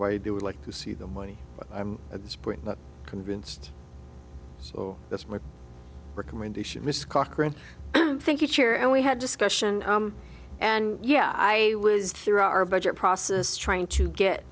why do we like to see the money i'm at this point but convinced so that's my recommendation this cochran thank you chair and we had discussion and yeah i was through our budget process trying to get